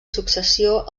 successió